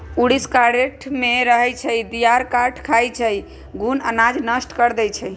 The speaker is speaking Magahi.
ऊरीस काठमे रहै छइ, दियार काठ खाई छइ, घुन अनाज नष्ट कऽ देइ छइ